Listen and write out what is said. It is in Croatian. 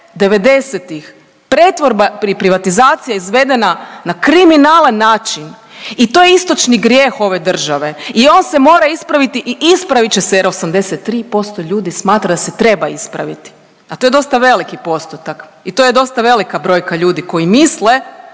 pretvorba i privatizacija izvedena na kriminalan način i to je istočni grijeh ove države i on se mora ispraviti i ispravit će se jer 83% ljudi smatra da se treba ispraviti, a to je dosta veliki postotak i to je dosta velika brojka ljudi koji misle